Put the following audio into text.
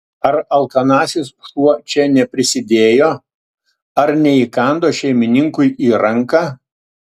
ar alkanasis šuo čia neprisidėjo ar neįkando šeimininkui į ranką